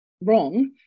wrong